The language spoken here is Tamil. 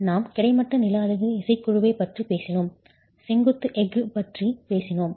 நாம் கிடைமட்ட நில அதிர்வு இசைக்குழுவைப் பற்றி பேசினோம் செங்குத்து எஃகு பற்றி பேசினோம்